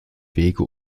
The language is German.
wege